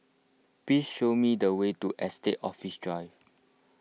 please show me the way to Estate Office Drive